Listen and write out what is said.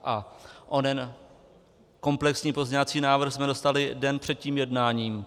A onen komplexní pozměňovací návrh jsme dostali den před tím jednáním.